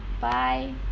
bye